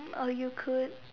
or you could